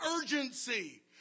urgency